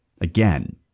Again